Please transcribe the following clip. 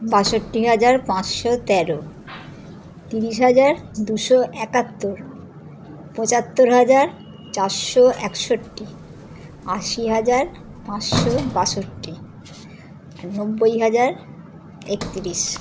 বাষট্টি হাজার পাঁচশো তেরো তিরিশ হাজার দুশো একাত্তর পঁচাত্তর হাজার চারশো একষট্টি আশি হাজার পাঁচশো বাষট্টি নব্বই হাজার একতিরিশ